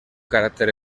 caràcter